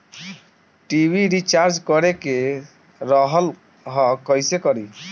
TV recharge करे के रहल ह कइसे करी?